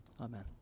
Amen